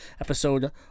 episode